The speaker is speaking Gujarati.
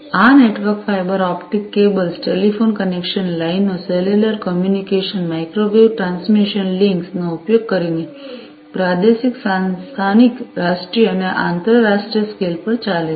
આ networks fibre optic cables telephone connection લાઇનો cellular communication microwave transmission links નો ઉપયોગ કરીને પ્રાદેશિક સ્થાનિક રાષ્ટ્રીય અને આંતરરાષ્ટ્રીય સ્કેલ પર ચાલે છે